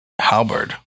halberd